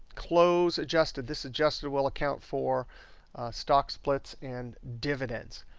close adjusted. this adjusted will account for stock splits and dividends.